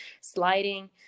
sliding